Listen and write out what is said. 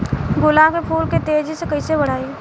गुलाब के फूल के तेजी से कइसे बढ़ाई?